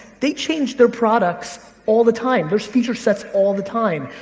they change their products all the time. there's feature sets all the time.